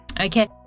Okay